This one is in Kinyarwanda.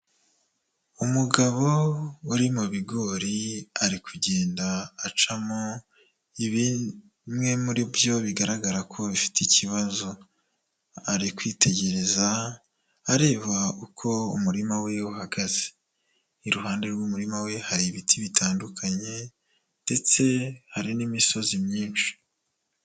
Umugabo uri mu bigori ari kugenda acamo ibimwe muri byo bigaragara ko bifite ikibazo, ari kwitegereza areba uko umurima we uhagaze, iruhande rw'umurima we hari ibiti bitandukanye, ndetse hari n'imisozi myinshi.